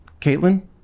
Caitlin